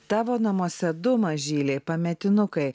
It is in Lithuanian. tavo namuose du mažyliai pametinukai